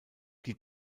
die